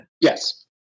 Yes